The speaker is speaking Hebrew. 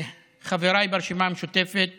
חבריי ברשימה המשותפת